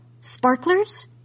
Sparklers